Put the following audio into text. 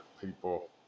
people